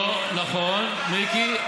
לא נכון, מיקי.